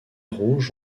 rouges